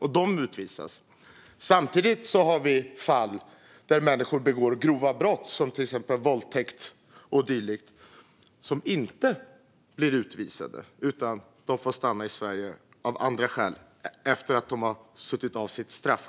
Ska de utvisas samtidigt som vi har människor som begår grova brott, till exempel våldtäkt och dylikt, men som inte blir utvisade utan får stanna i Sverige av andra skäl efter att de har suttit av sitt straff?